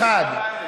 anyway.